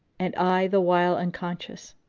and i the while unconscious.